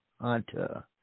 Hunter